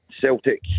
Celtic